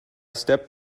step